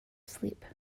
sleep